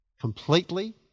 completely